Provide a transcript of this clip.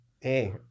hey